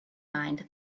mind